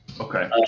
Okay